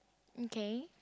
okay